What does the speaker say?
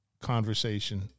conversation